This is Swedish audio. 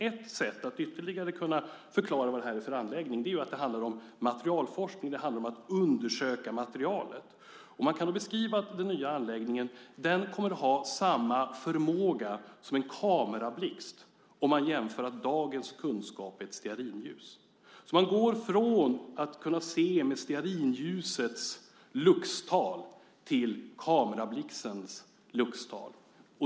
Ett sätt att ytterligare förklara vad det är för anläggning är att säga att det handlar om materialforskning, om att undersöka materialet. Man kan beskriva den nya anläggningen. Den kommer att ha samma förmåga som en kamerablixt om man jämför dagens kunskap med ett stearinljus. Man går från att kunna se med stearinljusets luxtal till kamerablixtens luxtal.